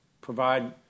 provide